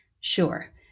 Sure